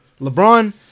LeBron